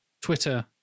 Twitter